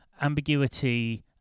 ambiguity